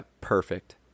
perfect